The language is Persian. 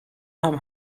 همه